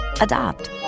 Adopt